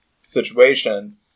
situation